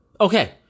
okay